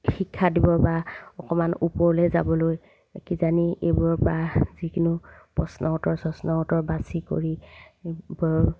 শিক্ষা দিব বা অকণমান ওপৰলৈ যাবলৈ কিজানি এইবোৰৰপৰা যিকোনো প্ৰশ্ন উত্তৰ শ্ৰশ্ন উত্তৰ বাচি কৰি দিব